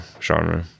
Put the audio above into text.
genre